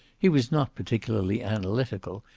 he was not particularly analytical,